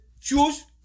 choose